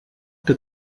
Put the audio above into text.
que